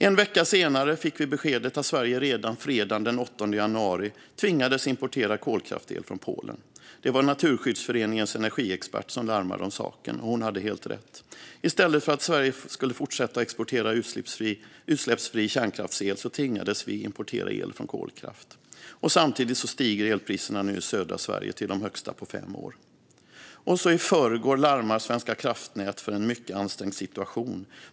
En vecka senare fick vi beskedet att Sverige redan fredagen den 8 januari tvingades importera kolkraftsel från Polen. Det var Naturskyddsföreningens energiexpert som larmade om saken, och hon hade helt rätt. I stället för att Sverige skulle fortsätta att exportera utsläppsfri kärnkraftsel tvingades vi importera el från kolkraft. Samtidigt stiger nu elpriserna i södra Sverige till de högsta på fem år. I förrgår larmade Svenska kraftnät om en mycket ansträngd situation.